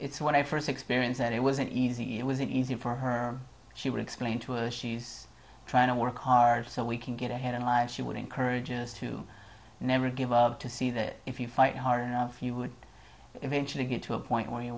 it's when i first experience that it wasn't easy it was easy for her she would explain to her she's trying to work hard so we can get ahead in life she would encourage us to never give up to see that if you fight hard enough you would eventually get to a point where you